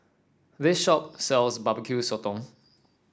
this shop sells bbq sotong